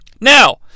Now